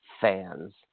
fans